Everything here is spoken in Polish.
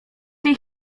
tej